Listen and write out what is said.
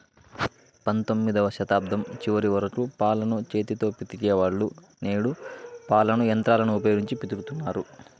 పంతొమ్మిదవ శతాబ్దం చివరి వరకు పాలను చేతితో పితికే వాళ్ళు, నేడు పాలను యంత్రాలను ఉపయోగించి పితుకుతన్నారు